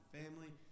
family